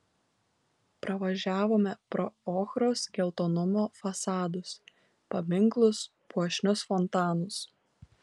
pravažiavome pro ochros geltonumo fasadus paminklus puošnius fontanus